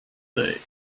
day